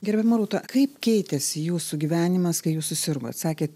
gerbiama rūta kaip keitėsi jūsų gyvenimas kai jūs susirgot sakėt